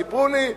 סיפרו לי,